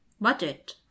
Budget